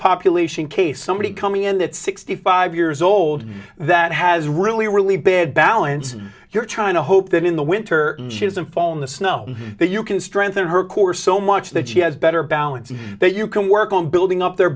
population case somebody coming in at sixty five years old that has really really bad balance and you're trying to hope that in the winter shoes and fall in the snow that you can strengthen her core so much that she has better balance that you can work on building up their